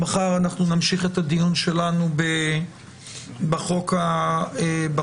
מחר אנחנו נמשיך את הדיון שלנו בחוק העיקרי.